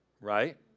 Right